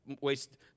waste